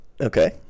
Okay